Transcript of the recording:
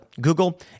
Google